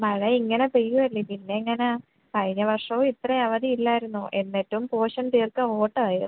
മഴ ഇങ്ങനെ പെയ്യുകയല്ലെ പിന്നെ എങ്ങനെയാണ് കഴിഞ്ഞ വർഷവും ഇത്ര അവധി ഇല്ലായിരുന്നു എന്നിട്ടും പോഷൻ തീർക്കാൻ ഓട്ടമായിരുന്നു